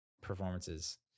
performances